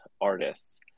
artists